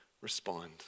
respond